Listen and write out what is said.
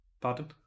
pardon